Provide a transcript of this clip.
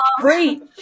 Great